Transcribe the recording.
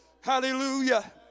Hallelujah